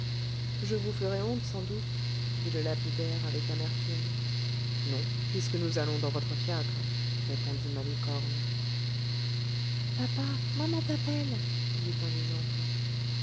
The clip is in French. je vous ferai honte sans doute dit le lapidaire avec amertume non puisque nous allons dans votre fiacre répondit malicorne papa maman t'appelle dit un des enfants